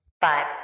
Five